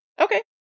Okay